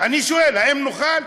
אני שואל: האם נוכל?